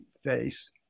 face